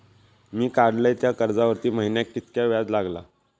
मी काडलय त्या कर्जावरती महिन्याक कीतक्या व्याज लागला?